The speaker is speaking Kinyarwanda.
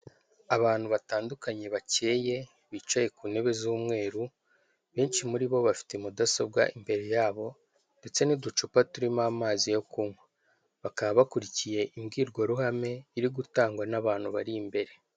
Abantu batandukanye bakeyeye bicaye ku ntebe z'umweru, benshi muri bo bafite mudasobwa imbere yabo ndetse n'uducupa turimo amazi yo kunywa, bakaba bakurikiye imbwirwaruhame iri gutangwa n'abantu bari imbere.